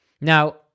Now